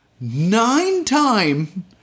nine-time